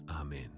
Amen